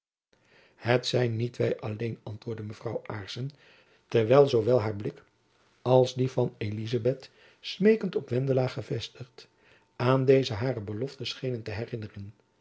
het zijn niet wy alleen antwoordde mevrouw aarssen terwijl zoowel haar blik als die van elizabeth smeekend op wendela gevestigd aan deze hare belofte schenen te herinneren